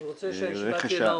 אני רוצה שהישיבה תהיה לא ארוכה.